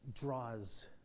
draws